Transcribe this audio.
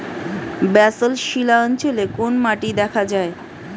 Basalt শিলা অঞ্চলে কোন মাটি দেখা যায়?